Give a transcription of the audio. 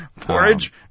Porridge